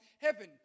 heaven